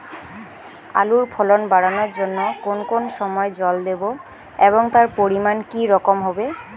আলুর ফলন বাড়ানোর জন্য কোন কোন সময় জল দেব এবং তার পরিমান কি রকম হবে?